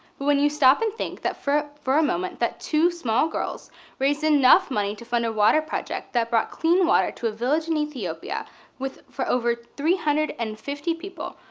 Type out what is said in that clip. when you stop and think for for a moment that two small girls raised enough money to fund a water project that brought clean water to a village in ethiopia with for over three hundred and fifty people,